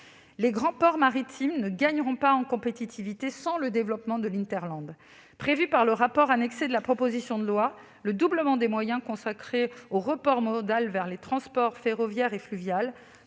Les grands ports maritimes ne gagneront pas en compétitivité sans le développement de l'hinterland. Prévu par le rapport annexé à la proposition de loi, le doublement des moyens consacrés au report modal vers les transports ferroviaire et fluvial,